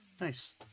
Nice